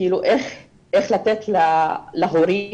איך לתת להורים,